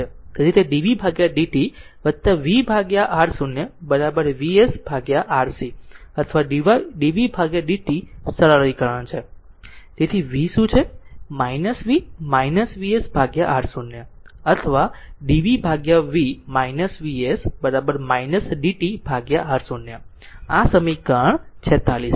તેથી તે dvdt vRc VsRc અથવા dvdt સરળીકરણ છે v શું છે v VsRc અથવા d vv Vs dtRc આ સમીકરણ 46 છે